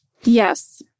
Yes